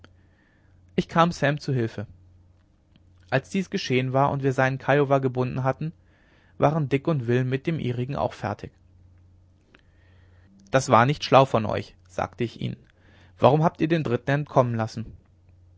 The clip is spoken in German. ich kam sam zu hilfe als dies geschehen war und wir seinen kiowa gebunden hatten waren dick und will mit dem ihrigen auch fertig das war nicht schlau von euch sagte ich ihnen warum habt ihr den dritten entkommen lassen